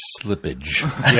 slippage